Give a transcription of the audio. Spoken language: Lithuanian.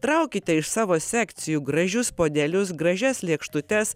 traukite iš savo sekcijų gražius puodelius gražias lėkštutes